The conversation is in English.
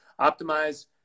Optimize